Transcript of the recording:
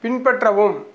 பின்பற்றவும்